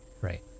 right